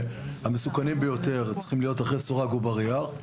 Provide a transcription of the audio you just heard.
המסוכנים ביותר וצריכים להיות אחרי סורג ובריח.